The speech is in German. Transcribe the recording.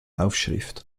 aufschrift